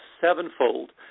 sevenfold